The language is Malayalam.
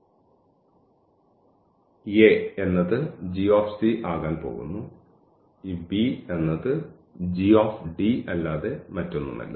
a എന്നത് g ആകാൻ പോകുന്നു ഈ b എന്നത് g അല്ലാതെ മറ്റൊന്നുമല്ല